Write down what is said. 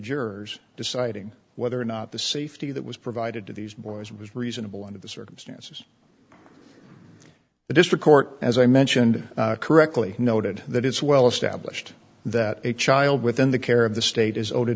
jurors deciding whether or not the safety that was provided to these boys was reasonable under the circumstances the district court as i mentioned correctly noted that it's well established that a child within the care of the state is o